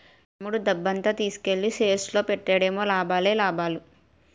తమ్ముడు డబ్బంతా తీసుకెల్లి షేర్స్ లో పెట్టాడేమో లాభాలే లాభాలు